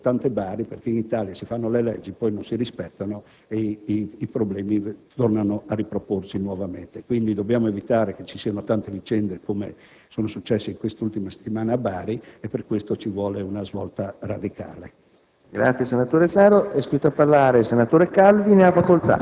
tante Bari, come ha indicato il relatore, perché in Italia si fanno le leggi ma poi non si rispettano e i problemi tornano a proporsi. Dobbiamo quindi evitare che ci siano tante vicende come quelle accadute in queste ultime settimane a Bari e per questo ci vuole una svolta radicale.